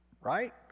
right